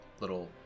Little